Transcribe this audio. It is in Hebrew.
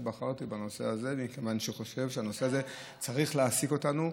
בחרתי בנושא הזה מכיוון שאני חושב שהנושא הזה צריך להעסיק אותנו,